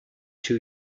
two